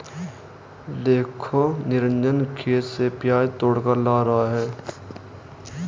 देखो निरंजन खेत से प्याज तोड़कर ला रहा है